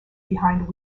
behind